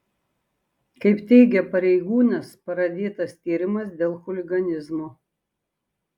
kaip teigia pareigūnas pradėtas tyrimas dėl chuliganizmo